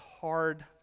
hard